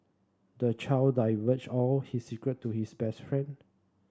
the child divulged all his secret to his best friend